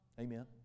Amen